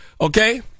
okay